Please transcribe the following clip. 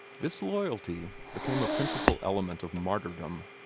this loyalty became a principal element of martyrdom.